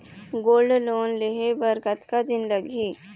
Gold loan लेहे बर कतका दिन लगही?